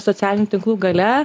socialinių tinklų galia